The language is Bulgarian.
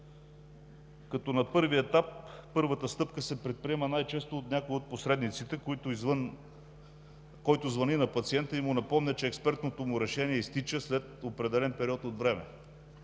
ТЕЛК. На първи етап, първата стъпка се предприема най-често от някой от посредниците, който звъни на пациента и му напомня, че експертното му решение изтича след определен период от време.